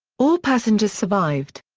all passengers survived.